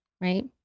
right